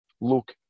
look